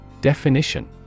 Definition